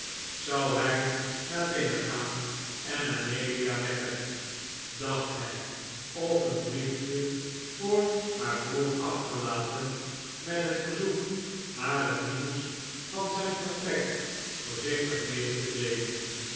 zou hij naar binnen gaan en amelia wekken dacht hij of een brief je voor haar broer achterlaten met het verzoek haar het nieuws van zijn vertrek voorzichtig mede te deelen